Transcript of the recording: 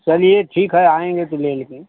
चलिए ठीक है आऍंगे तो ले लेंगे